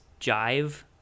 jive